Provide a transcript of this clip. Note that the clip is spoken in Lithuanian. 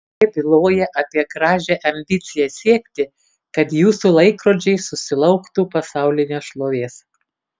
jie byloja apie gražią ambiciją siekti kad jūsų laikrodžiai susilauktų pasaulinės šlovės